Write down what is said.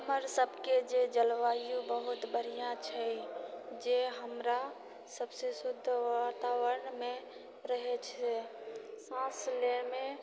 हमर सभके जे जलवायु बहुत बढ़िआँ छै जे हमरा सभसँ शुद्ध वातावरणमे रहैत छै साँस लएमे